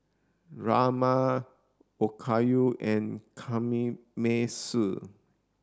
Rajma Okayu and Kamameshi